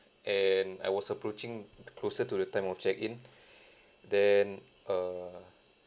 and I was approaching closer to the time of check in then err